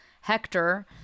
Hector